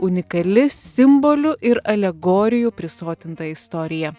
unikali simbolių ir alegorijų prisotinta istorija